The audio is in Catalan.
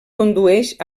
condueix